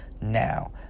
Now